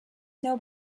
know